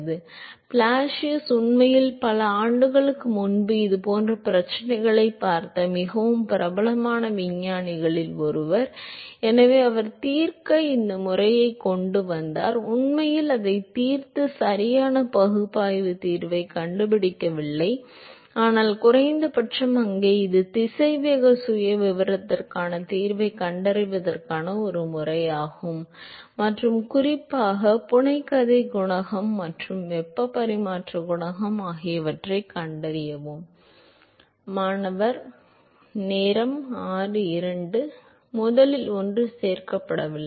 எனவே பிளாசியஸ் உண்மையில் பல ஆண்டுகளுக்கு முன்பு இதுபோன்ற பிரச்சினைகளைப் பார்த்த மிகவும் பிரபலமான விஞ்ஞானிகளில் ஒருவர் எனவே அவர் தீர்க்க இந்த முறையைக் கொண்டு வந்தார் உண்மையில் அதைத் தீர்த்து சரியான பகுப்பாய்வு தீர்வைக் கண்டுபிடிக்கவில்லை ஆனால் குறைந்தபட்சம் அங்கே இது திசைவேக சுயவிவரத்திற்கான தீர்வைக் கண்டறிவதற்கான ஒரு முறையாகும் மற்றும் குறிப்பாக புனைகதை குணகம் மற்றும் வெப்ப பரிமாற்ற குணகம் ஆகியவற்றைக் கண்டறியவும் மாணவர் முதல் ஒன்று சேர்க்கப்படவில்லை